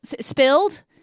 spilled